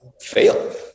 fail